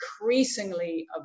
increasingly